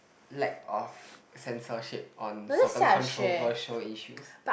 lack of censorship on certain controversial issues